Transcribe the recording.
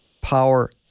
power